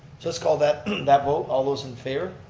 just call that that vote. all those in favor.